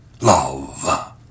love